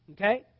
Okay